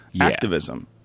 activism